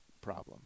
Problem